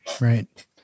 right